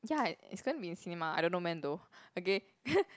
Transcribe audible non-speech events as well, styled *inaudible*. ya it's going to be in cinema I don't know when though okay *laughs*